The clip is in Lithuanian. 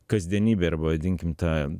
kasdienybei arba vadinkim tą